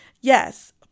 yes